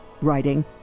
writing